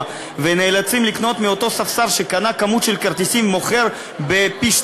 ונאלצים לקנות מאותו ספסר שקנה כמות של כרטיסים ומוכר בפי-שניים,